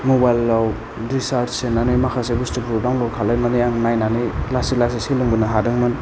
मबाइलाव रिसार्ज सोनानै माखासे बस्थुखौ डाउनलड खालामानानै आं नायनानै लासै लासै सोलोंबोनो हादोंमोन